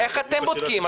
איך אתם בודקים?